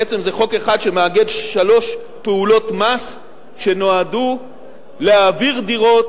בעצם זה חוק אחד שמאגד שלוש פעולות מס שנועדו להעביר דירות